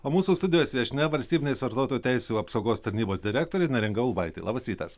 o mūsų studijos viešnia valstybinės vartotojų teisių apsaugos tarnybos direktorė neringa ulbaitė labas rytas